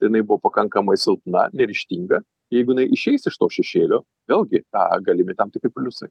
jinai buvo pakankamai silpna neryžtinga jeigu jinai išeis iš to šešėlio vėlgi tą galimi tam tikri pliusai